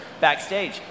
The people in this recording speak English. backstage